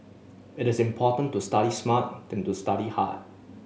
it is important to study smart than to study hard